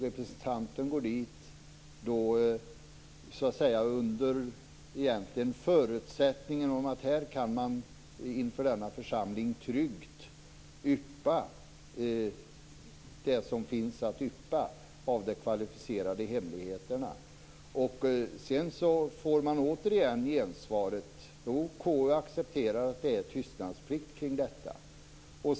Representanten går dit under förutsättningen att inför denna församling kan man tryggt yppa det som finns att yppa när det gäller de kvalificerade hemligheterna. Man får återigen gensvaret att KU accepterar att det är tystnadsplikt kring detta.